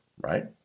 right